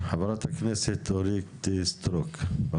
חברת הכנסת אורית סטרוק, בבקשה.